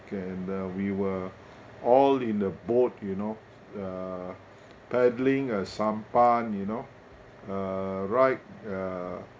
okay and uh we were all in the boat you know uh paddling a sampan you know uh right uh